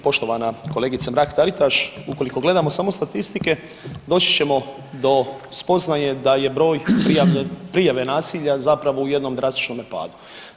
Poštovana kolegice Mrak Taritaš ukoliko gledamo samo statistike doći ćemo do spoznaje da je broj prijave nasilja zapravo u jednom drastičnome padu.